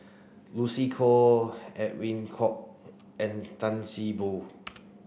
Lucy Koh Edwin Koek and Tan See Boo